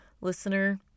listener